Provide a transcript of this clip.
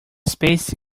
space